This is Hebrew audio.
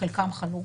חלקם גם חלו,